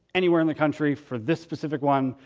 anywhere in the country for this specific one,